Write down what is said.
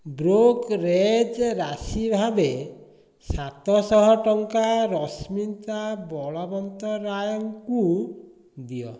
brokerage ରାଶି ଭାବେ ସାତଶହ ଟଙ୍କା ରଶ୍ମିତା ବଳବନ୍ତରାୟ ଙ୍କୁ ଦିଅ